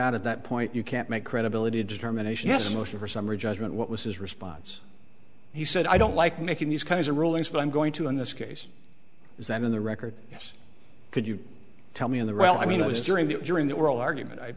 out at that point you can't make credibility determination as a motion for summary judgment what was his response he said i don't like making these kinds of rulings but i'm going to in this case examine the record yes could you tell me in the real i mean it was during the during that were all argument i